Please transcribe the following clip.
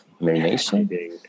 marination